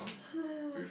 with